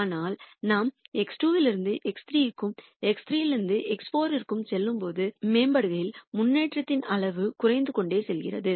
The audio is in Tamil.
ஆனால் நாம் x2 இலிருந்து x3 க்கும் x3 க்கு x4 க்கும் செல்லும்போது அப்ஜெக்டிவ் பங்க்ஷன் முன்னேற்றம் அப்ஜெக்டிவ் பங்க்ஷன் மேம்படுகையில் முன்னேற்றத்தின் அளவு குறைந்து கொண்டே செல்கிறது